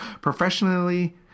Professionally